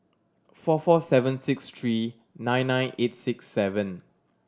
four four seven six three nine nine eight six seven